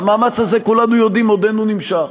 והמאמץ הזה, כולנו יודעים, עודנו נמשך.